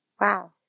Wow